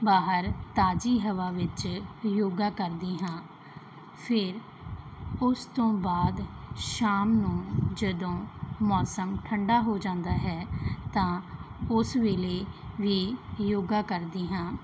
ਬਾਹਰ ਤਾਜ਼ੀ ਹਵਾ ਵਿੱਚ ਯੋਗਾ ਕਰਦੀ ਹਾਂ ਫਿਰ ਉਸ ਤੋਂ ਬਾਅਦ ਸ਼ਾਮ ਨੂੰ ਜਦੋਂ ਮੌਸਮ ਠੰਡਾ ਹੋ ਜਾਂਦਾ ਹੈ ਤਾਂ ਉਸ ਵੇਲੇ ਵੀ ਯੋਗਾ ਕਰਦੀ ਹਾਂ